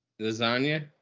lasagna